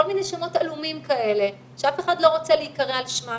כל מיני שמות עלומים כאלה שאף אחד לא רוצה להיקרא על שמם